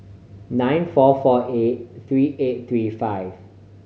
nine four four eight three eight three five